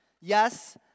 Yes